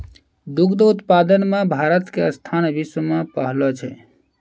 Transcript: दुग्ध उत्पादन मॅ भारत के स्थान विश्व मॅ पहलो छै